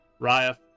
Raya